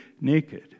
naked